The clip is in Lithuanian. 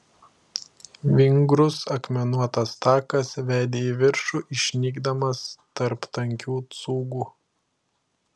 vingrus akmenuotas takas vedė į viršų išnykdamas tarp tankių cūgų